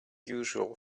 usual